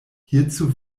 hierzu